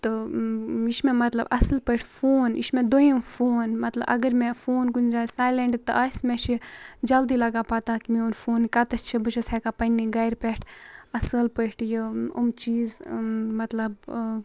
تہٕ یہِ چھِ مےٚ مطلب اَصٕل پٲٹھۍ فون یہِ چھِ مےٚ دوٚیِم فون مطلب اگر مےٚ فون کُنہِ جاے سایلٮ۪نٛٹ تہٕ آسہِ مےٚ چھِ جلدی لَگان پَتہ کہِ میون فون یہِ کَتَتھ چھِ بہٕ چھَس ہٮ۪کان پنٛنہِ گَرِ پٮ۪ٹھ اَصل پٲٹھۍ یہِ یِم چیٖز مطلب